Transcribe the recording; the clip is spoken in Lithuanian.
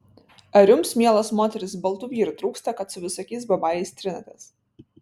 ar jums mielos moterys baltų vyrų trūksta kad su visokiais babajais trinatės